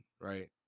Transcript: right